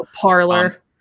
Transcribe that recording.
parlor